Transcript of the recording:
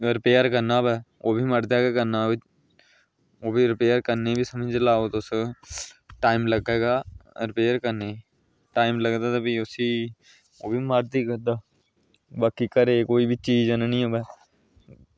repair करना होऐ ओह्बी मर्दे गै करना अगर रिपेयर करनी ते करी लैओ टाईम लग्गग रिपेयर करने गी टाईम लगदा ते भी उसी अपनी मर्ज़ी करदा अगर भी घरै गी कोई आह्नना होऐ